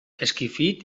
esquifit